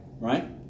Right